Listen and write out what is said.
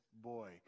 boy